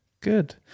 Good